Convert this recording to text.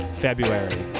February